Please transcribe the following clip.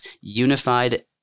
unified